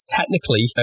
technically